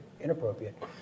inappropriate